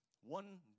One